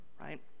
Right